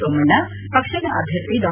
ಸೋಮಣ್ಣ ಪಕ್ಷದ ಅಭ್ಯರ್ಥಿ ಡಾ